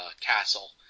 castle